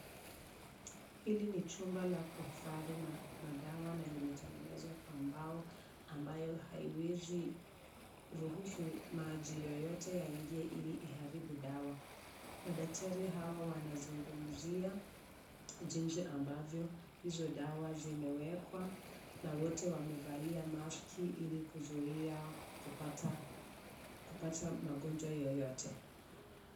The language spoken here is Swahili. Hili ni chumba la kuhifadhi madawa na limetengenezwa kwa mbao, ambayo haiwezi ruhusu maji yoyote yaingie ili iharibu dawa. Madaktari hawa wanazungumzia, jinsi ambavyo hizo dawa zimewekwa, na wote wamevalia maski ili kuzuia kupata magonjwa yoyote.